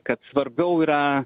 kad svarbiau yra